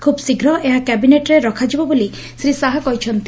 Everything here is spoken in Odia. ଖୁବ୍ଶୀଘ୍ର ଏହା କ୍ୟାବିନେଟ୍ରେ ରଖାଯିବ ବୋଲି ଶ୍ରୀ ଶାହା କହିଛନ୍ତି